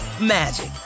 magic